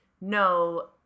no